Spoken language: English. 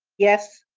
yes.